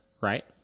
right